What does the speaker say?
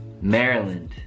Maryland